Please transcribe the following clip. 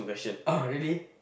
oh really